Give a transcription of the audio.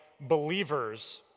believers